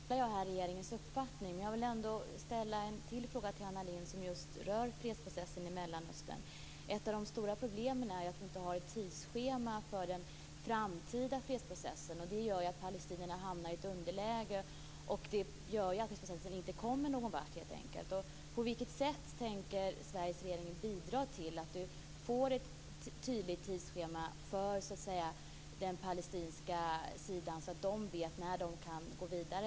Fru talman! Jag delar regeringens uppfattning. Men jag vill ändå ställa ytterligare en fråga till Anna Lindh som just rör fredsprocessen i Mellanöstern. Ett av de stora problemen är att det inte finns något tidsschema för den framtida fredsprocessen. Detta gör att palestinierna hamnar i ett underläge och att fredsprocessen inte kommer någon vart. På vilket sätt tänker Sveriges regering bidra till att det upprättas ett tydligt tidsschema för den palestinska sidan så att palestinierna vet när de kan gå vidare?